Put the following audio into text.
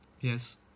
Yes